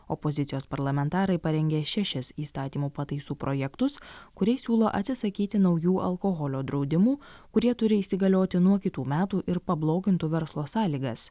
opozicijos parlamentarai parengė šešis įstatymų pataisų projektus kuriais siūlo atsisakyti naujų alkoholio draudimų kurie turi įsigalioti nuo kitų metų ir pablogintų verslo sąlygas